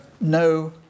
no